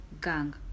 gang